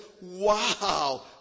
wow